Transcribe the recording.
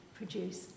produce